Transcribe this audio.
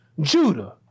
Judah